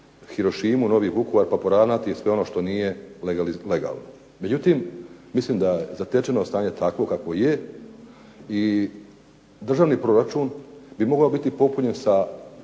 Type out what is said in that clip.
Hirošimu, novi Vukovar, pa poravnati sve ono što nije legalno. Međutim, mislim da je zatečeno stanje takvo kakvo je i državni proračun bi mogao biti popunjen sa po mom